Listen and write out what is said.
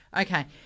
Okay